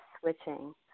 switching